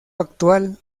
actual